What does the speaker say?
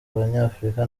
abanyafrika